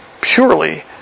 purely